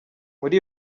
muri